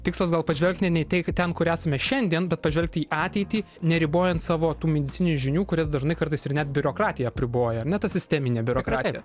tikslas gal pažvelgti ne į ten kur esame šiandien bet pažvelgti į ateitį neribojant savo tų medicininių žinių kurias dažnai kartais ir net biurokratija apriboja ar ne ta sisteminė biurokratija